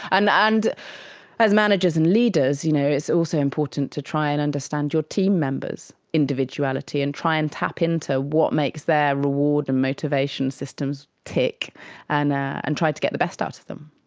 and and as managers and leaders you know it's also important to try and understand your team members' individuality and try and tap into what makes their reward and motivation systems tick and and try to get the best out of them.